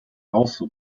also